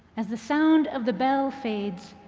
as the sound of the bell fades,